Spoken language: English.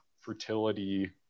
fertility